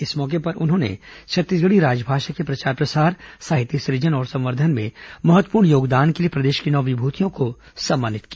इस मौके पर उन्होंने छत्तीसगढ़ी राजभाषा के प्रचार प्रसार साहित्य सृजन और संवर्धन में महत्वपूर्ण योगदान के लिए प्रदेश की नौ विभूतियों को सम्मानित किया